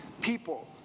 people